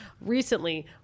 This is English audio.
recently